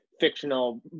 Fictional